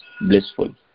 blissful